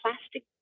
plastic